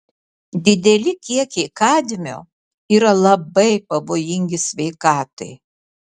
dideli kiekiai kadmio yra labai pavojingai sveikatai